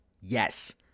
Yes